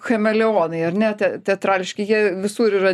chameleonai ar ne teatrališki jie visur yra